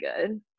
good